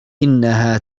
إنها